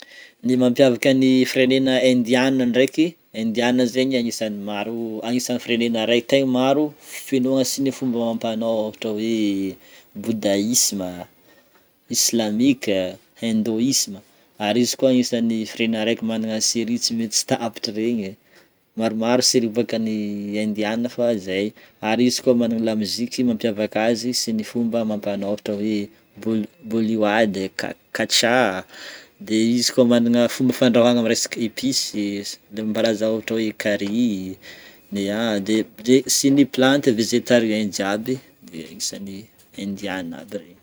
Ny mampiavaka ny firenena Indianina ndreky; Indianina zegny agnisan'ny maro, agnisan'ny firenena ray tegna maro finoana sy ny fomba amampanao ohatra hoe: Boudaisme, Islamika, Indôisma. Ary izy koa agnisan'ny firenena araiky magnana série tsy mety tapitra regny, maromaro série aboakan'ny Indianina fa zay. Ary izy koa magnana lamoziky mampiavaka azy sy ny fomba amampanao ohatra hoe: bo- bollywood, ca- catcha de izy koa magnana fomba fandrahoagna amin'ny resaka episy le mampalaza ohatra hoe carry, ny de de sy ny plante végétarien jiaby de agnisany Indianina aby regny.